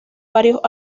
varios